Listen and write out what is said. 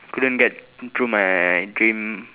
couldn't get into my dream